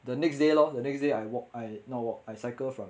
the next day lor the next day I walk I not walk I cycled from